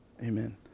amen